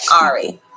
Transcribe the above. Ari